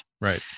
Right